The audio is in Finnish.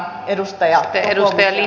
arvoisa puhemies